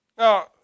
Now